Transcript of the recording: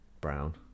brown